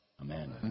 Amen